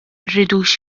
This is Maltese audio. rridux